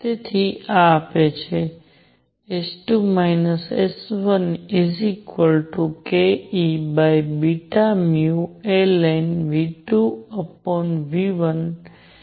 તેથી આ આપે છે S2 S1kEβνln⁡V2V1